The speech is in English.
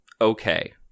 okay